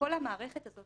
כל המערכת הזאת